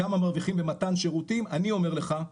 כמה מרוויחים במתן שירותים - אני אומר לך,